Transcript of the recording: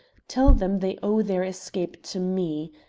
tell them they owe their escape to me.